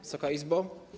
Wysoka Izbo!